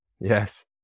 yes